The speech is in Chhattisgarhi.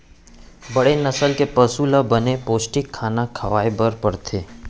बड़े नसल के पसु ल बने पोस्टिक खाना खवाए बर परथे